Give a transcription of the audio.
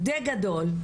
דיי גדול,